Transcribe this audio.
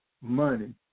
money